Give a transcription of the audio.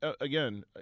again